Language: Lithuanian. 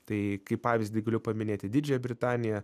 tai kaip pavyzdį galiu paminėti didžiąją britaniją